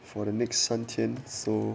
for the next 三天 so